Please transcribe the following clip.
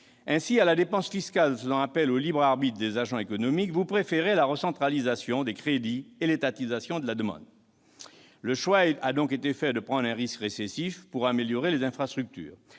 Ainsi, à la dépense fiscale faisant appel au libre arbitre des agents économiques, vous préférez la recentralisation des crédits et l'étatisation de la dépense. Le choix a donc été fait de prendre un risque récessif pour améliorer les infrastructures.